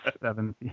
seven